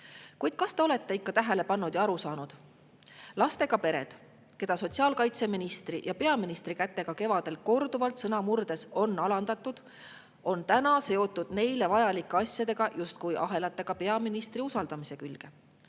Kuid kas te olete ikka tähele pannud ja aru saanud, et lastega pered, keda sotsiaalkaitseministri ja peaministri [käe läbi] kevadel korduvalt sõna murdes alandati, on täna seotud neile vajalike asjadega justkui ahelatega peaministri usaldamise külge?